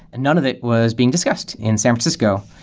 and none of it was being discussed in san francisco.